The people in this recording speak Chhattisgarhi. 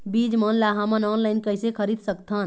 बीज मन ला हमन ऑनलाइन कइसे खरीद सकथन?